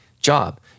job